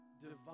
divine